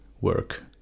work